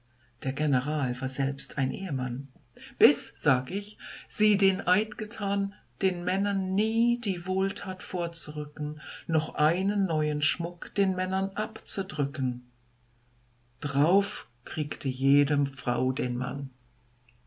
der general war selbst ein ehemann bis sag ich sie den eid getan den männern nie die wohltat vorzurücken noch einen neuen schmuck den männern abzudrücken drauf kriegte jede frau den mann